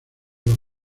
los